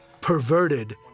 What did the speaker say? perverted